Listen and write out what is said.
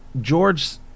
George